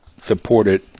supported